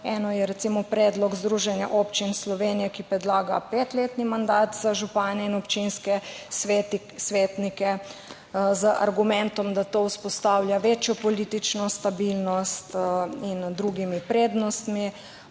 Eno je recimo predlog Združenja občin Slovenije, ki predlaga petletni mandat za župane in občinske svetnike z argumentom, da to vzpostavlja večjo politično stabilnost in druge prednosti.